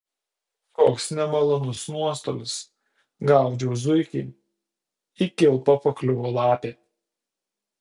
koks nemalonus nuostolis gaudžiau zuikį į kilpą pakliuvo lapė